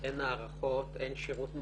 אין הארכות, אין שירות מילואים,